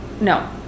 no